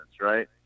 right